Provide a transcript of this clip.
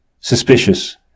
suspicious